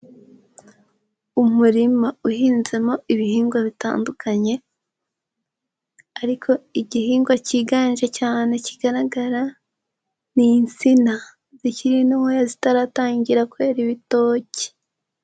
Umurima uhinzemo ibihingwa bitandukanye, ariko igihingwa cyiganje cyane kigaragara ni insina zikiri ntoya zitaratangira kwera ibitoki.